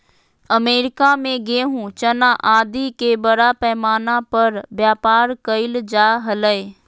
America में गेहूँ, चना आदि के बड़ा पैमाना पर व्यापार कइल जा हलय